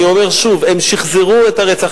אני אומר שוב, הם שחזרו את הרצח.